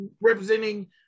representing